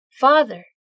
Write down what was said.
Father